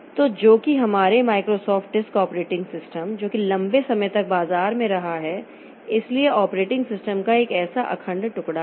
तो जो कि हमारे Microsoft डिस्क ऑपरेटिंग सिस्टम जो कि लंबे समय तक बाजार में रहा है इसलिए ऑपरेटिंग सिस्टम का एक ऐसा अखंड टुकड़ा है